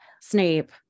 Snape